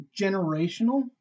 generational